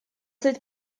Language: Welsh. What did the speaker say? sut